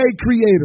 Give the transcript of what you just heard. creator